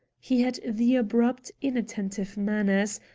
he had the abrupt, inattentive manners,